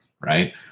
right